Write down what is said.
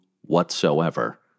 whatsoever